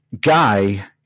guy